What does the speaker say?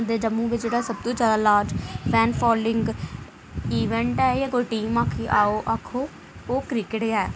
ते जम्मू दा जेह्ड़ा लार्ज फैन फालोइंग इवेंट ऐ जां कोई टीम आक्खो ओह् क्रिकेट गे